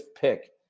pick